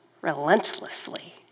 relentlessly